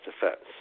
defense